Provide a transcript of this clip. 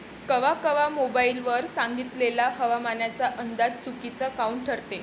कवा कवा मोबाईल वर सांगितलेला हवामानाचा अंदाज चुकीचा काऊन ठरते?